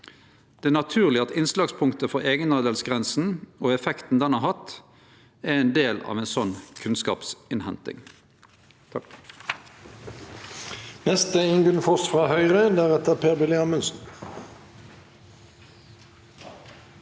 Det er naturleg at innslagspunktet for eigenandelsgrensa og effekten ho har hatt, er ein del av ei slik kunnskapsinnhenting.